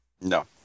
No